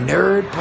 Nerd